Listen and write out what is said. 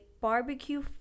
barbecue